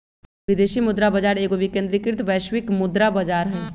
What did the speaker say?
विदेशी मुद्रा बाजार एगो विकेंद्रीकृत वैश्विक मुद्रा बजार हइ